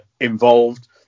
involved